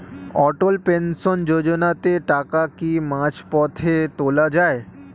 অটল pension যোজনাতে টাকা কি মাঝপথে তোলা যায়?